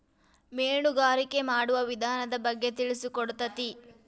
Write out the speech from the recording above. ಮೇನುಗಾರಿಕೆ ಮಾಡುವ ವಿಧಾನದ ಬಗ್ಗೆ ತಿಳಿಸಿಕೊಡತತಿ